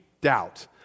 doubt